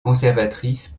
conservatrice